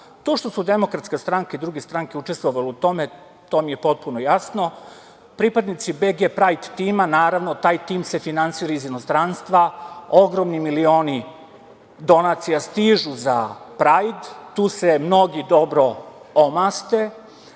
što su DS i druge stranke učestvovale u tome, to mi je potpuno jasno. Pripadnici BG prajd tima, naravno, taj tim se finansira iz inostranstva, ogromni milioni donacija stižu za prajd, tu se mnogi dobro omaste,